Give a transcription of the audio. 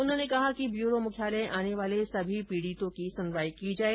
उन्होंने कहा कि ब्यूरो मुख्यालय आने वाले सभी पीडितों की सुनवाई की जाये